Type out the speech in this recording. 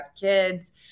kids